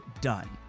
done